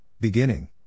beginning